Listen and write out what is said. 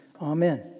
Amen